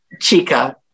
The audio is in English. Chica